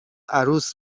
عروس